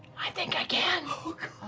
i think i can.